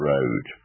Road